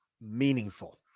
meaningful